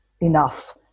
enough